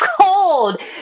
cold